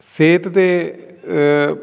ਸਿਹਤ 'ਤੇ